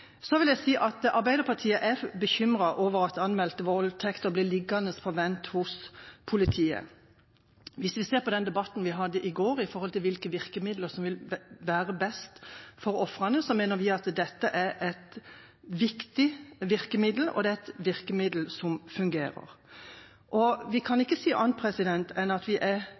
Så vil jeg si at Arbeiderpartiet er bekymret over at anmeldte voldtekter blir liggende på vent hos politiet. Hvis vi ser på den debatten vi hadde i går vedrørende hvilke virkemidler som vil være best for ofrene, mener vi at dette er et viktig virkemiddel og et virkemiddel som fungerer. Vi kan ikke si annet enn at vi er